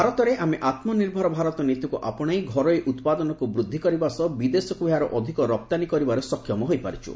ଭାରତରେ ଆମେ ଆତ୍ମନିର୍ଭର ଭାରତ ନୀତିକୁ ଆପଣାଇ ଘରୋଇ ଉତ୍ପାଦନକୁ ବୃଦ୍ଧି କରିବା ସହ ବିଦେଶକୁ ଏହାର ଅଧିକ ରପ୍ତାନୀ କରିବାରେ ସକ୍ଷମ ହୋଇପାରିଛୁ